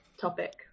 topic